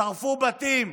שרפו בתים,